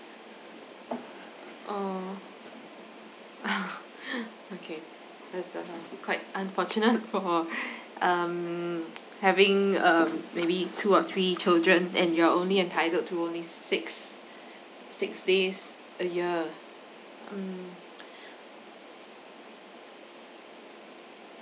uh okay quite unfortunate for um having um maybe two or three children and you're only entitled to only six six days a year mm